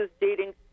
dating